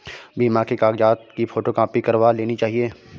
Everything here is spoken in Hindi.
बीमा के कागजात की फोटोकॉपी करवा लेनी चाहिए